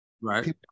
right